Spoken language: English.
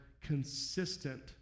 consistent